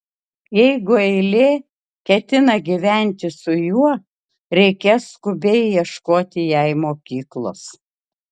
jeigu eilė ketina gyventi su juo reikės skubiai ieškoti jai mokyklos